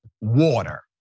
water